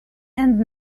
and